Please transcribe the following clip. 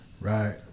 Right